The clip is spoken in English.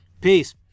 Peace